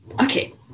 Okay